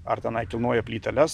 ar tenai kilnoja plyteles